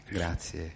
grazie